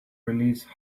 release